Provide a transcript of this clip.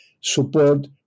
support